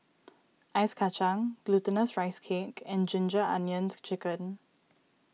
Ice Kacang Glutinous Rice Cake and Ginger Onions Chicken